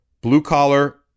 blue-collar